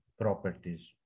properties